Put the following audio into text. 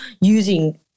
using